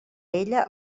ella